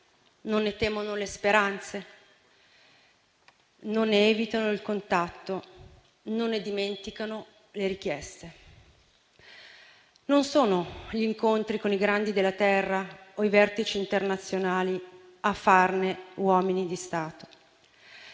non ne temono le speranze, non ne evitano il contatto, non ne dimenticano le richieste. Non sono gli incontri con i grandi della Terra o i vertici internazionali a farne uomini di Stato;